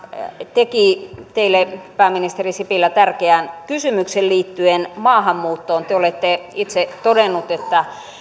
teki teille pääministeri sipilä tärkeän kysymyksen liittyen maahanmuuttoon te te olette itse todennut että